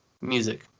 music